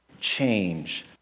change